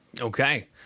Okay